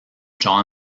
john